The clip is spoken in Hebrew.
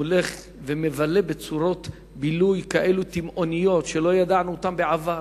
שהולך ומבלה בצורות בילוי תימהוניות כאלה,